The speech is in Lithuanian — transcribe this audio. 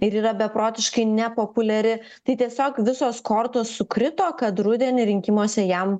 ir yra beprotiškai nepopuliari tai tiesiog visos kortos sukrito kad rudenį rinkimuose jam